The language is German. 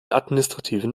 administrativen